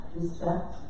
respect